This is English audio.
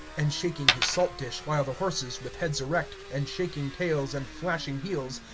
and shaking his salt-dish, while the horses, with heads erect, and shaking tails and flashing heels,